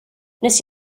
wnes